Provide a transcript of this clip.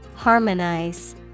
Harmonize